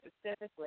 specifically